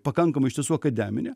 pakankamai iš tiesų akademinė